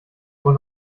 wohl